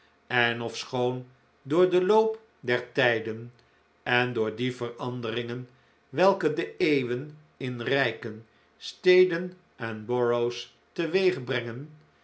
en ofschoon door den loop der tijden en door die veranderingen welke de eeuwen in rijken steden en boroughs